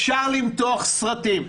אפשר למתוח סרטים,